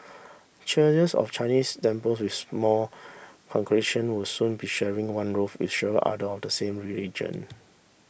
churches of Chinese temples with small congregation would soon be sharing one roof with several other of the same religion